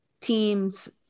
teams